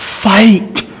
fight